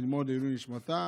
ללמוד לעילוי נשמתה,